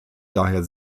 daher